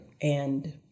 And-